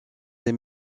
des